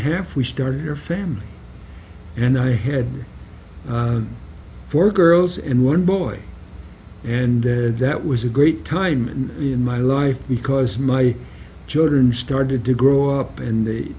half we started her family and i had four girls and one boy and that was a great time in my life because my children started to grow up and the